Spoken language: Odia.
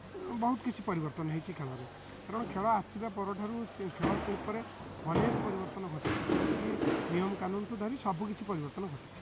ବହୁତ କିଛି ପରିବର୍ତ୍ତନ ହୋଇଛି ଖେଳରେ ଏବଂ ଖେଳ ଆସିବା ପରଠାରୁ ସେ ଖେଳ ଆସିଲା ପରେ ଅନେକ ପ୍ରକାରର ପରିବର୍ତ୍ତନ ଘଟିଛି ଯୋଉଠିକି ନିୟମ କାନୁନ୍ଠୁ ଧରି ସବୁକିଛି ପରିବର୍ତ୍ତନ ଘଟିଛି